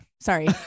sorry